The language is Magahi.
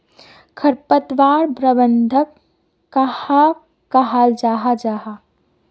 खरपतवार प्रबंधन कहाक कहाल जाहा जाहा?